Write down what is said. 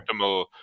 optimal